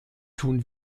tun